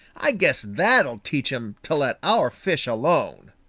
i guess that'll teach him to let our fish alone.